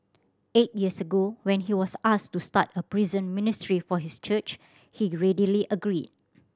eight years ago when he was asked to start a prison ministry for his church he readily agreed